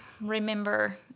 remember